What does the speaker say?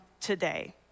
today